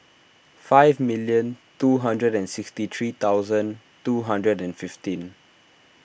five million two hundred and sixty three thousand two hundred and fifteen